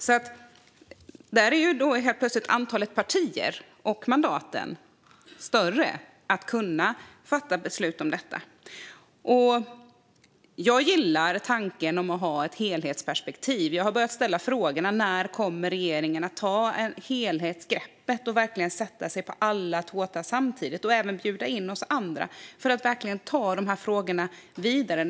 Då är helt plötsligt antalet partier och mandat större för att kunna fatta beslut om detta. Jag gillar tanken på att ha ett helhetsperspektiv. Jag har börjat ställa frågan: När kommer regeringen att ta ett helhetsgrepp och verkligen sätta sig med alla tåtar samtidigt, och även bjuda in oss andra, för att ta frågorna vidare?